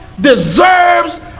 deserves